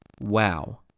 wow